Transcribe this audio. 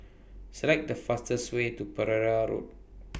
Select The fastest Way to Pereira Road